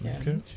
okay